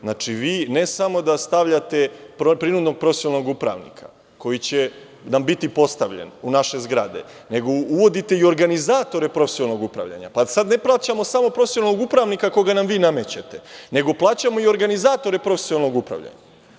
Znači, vi ne samo da stavljate prinudnog profesionalnog upravnika koji će nam biti postavljen u naše zgrade, nego uvodite i organizatore profesionalnog upravljanja, pa sad ne plaćamo samo profesionalnog upravnika koga nam vi namećete, nego plaćamo i organizatore profesionalnog upravljanja.